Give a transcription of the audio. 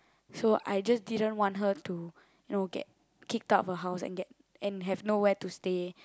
so I just didn't want her to you know get kicked out of her house and have nowhere to stay